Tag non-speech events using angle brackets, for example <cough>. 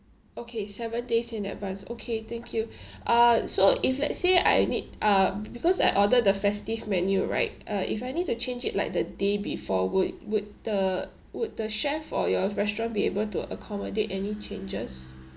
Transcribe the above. okay seven days in advance okay thank you <breath> uh so if let's say I need uh because I order the festive menu right uh if I need to change it like the day before would would the would the chef or your restaurant be able to accommodate any changes